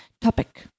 topic